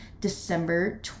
December